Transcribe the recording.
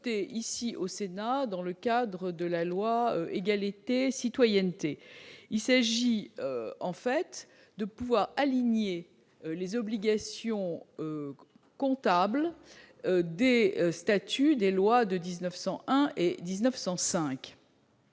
ici au Sénat, dans le cadre de la loi « Égalité et citoyenneté », pour aligner les obligations comptables des statuts des lois de 1901 et 1905.